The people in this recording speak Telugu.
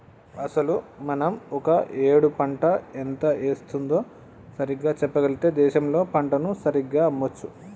అసలు మనం ఒక ఏడు పంట ఎంత వేస్తుందో సరిగ్గా చెప్పగలిగితే దేశంలో పంటను సరిగ్గా అమ్మొచ్చు